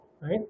right